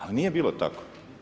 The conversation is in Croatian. Ali nije bilo tako.